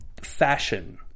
fashion